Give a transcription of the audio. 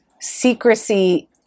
secrecy